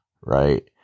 right